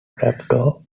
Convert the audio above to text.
trapdoor